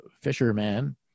fisherman